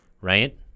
right